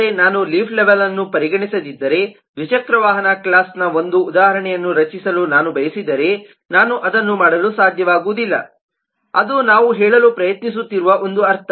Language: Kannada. ಆದರೆ ನಾನು ಲೀಫ್ ಲೆವೆಲ್ಅನ್ನು ಪರಿಗಣಿಸದಿದ್ದರೆ ದ್ವಿಚಕ್ರ ವಾಹನ ಕ್ಲಾಸ್ನ ಒಂದು ಉದಾಹರಣೆಯನ್ನು ರಚಿಸಲು ನಾನು ಬಯಸಿದರೆ ನಾನು ಅದನ್ನು ಮಾಡಲು ಸಾಧ್ಯವಾಗುವುದಿಲ್ಲ ಅದು ನಾವು ಹೇಳಲು ಪ್ರಯತ್ನಿಸುತ್ತಿರುವ ಒಂದು ಅರ್ಥ